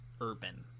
Urban